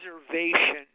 observation